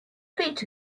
feet